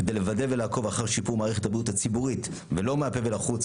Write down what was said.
כדי לוודא ולעקוב אחר שיפור מערכת הבריאות הציבורית ולא מהפה ולחוץ,